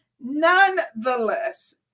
Nonetheless